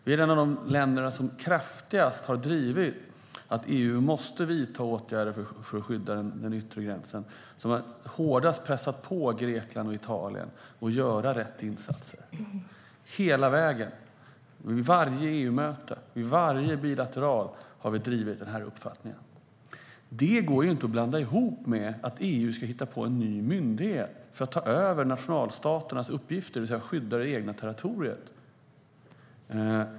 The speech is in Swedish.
Vi är ett av de länder som kraftigast har drivit att EU måste vidta åtgärder för att skydda den yttre gränsen. Vi är det land som hårdast har pressat på Grekland och Italien att göra rätt insatser. Hela vägen, vid varje EU-möte och varje bilateralt möte har vi drivit den uppfattningen. Detta går inte att blanda ihop med att EU ska hitta på en ny myndighet som ska ta över nationalstaternas uppgifter, det vill säga skydda det egna territoriet.